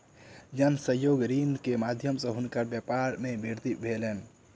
जन सहयोग ऋण के माध्यम सॅ हुनकर व्यापार मे वृद्धि भेलैन